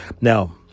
Now